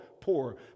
poor